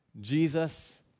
Jesus